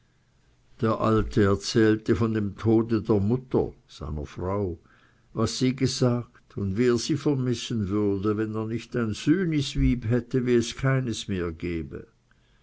der alte erzählte von dem tode der mutter seiner frau was sie gesagt und wie er sie vermissen würde wenn er nicht ein süniswyb hätte wie es keines mehr gebe